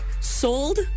sold